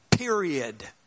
period